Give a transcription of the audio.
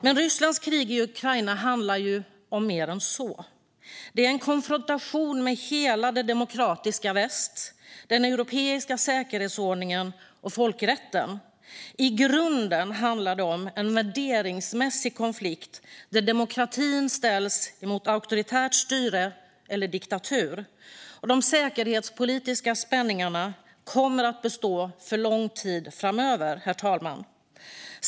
Men Rysslands krig i Ukraina handlar om mer än så. Det är en konfrontation med hela det demokratiska väst, den europeiska säkerhetsordningen och folkrätten. I grunden handlar det om en värderingsmässig konflikt, där demokratin ställs mot auktoritärt styre eller diktatur. De säkerhetspolitiska spänningarna kommer att bestå för lång tid framöver, herr talman.